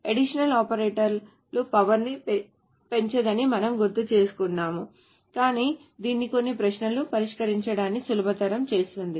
additional ఆపరేటర్లు power ని పెంచదని మనం గుర్తు చేసుకున్నాము కానీ ఇది కొన్ని ప్రశ్నలను పరిష్కరించడాన్ని సులభతరం చేస్తుంది